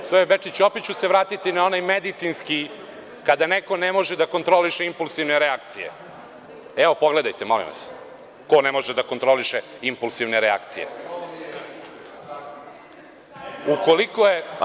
Gospodine Bečiću, opet ću se vratiti na onaj medicinski, kada neko ne može da kontroliše impulsivne reakcije, evo pogledajte molim vas ko ne može da kontroliše impulsivne reakcije. (Marko Đurišić, s mesta: Ovo je uvreda.